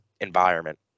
environment